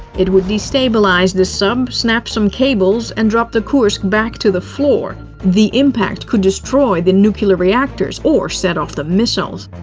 it would destabilize the sub, snap some cables, and drop the kursk back to the floor. the impact could destroy the nuclear reactors or set off the missiles.